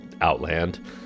Outland